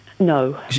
No